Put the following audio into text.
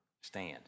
Stand